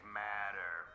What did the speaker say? matter